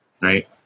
Right